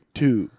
two